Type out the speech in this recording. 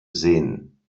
sehen